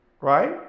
Right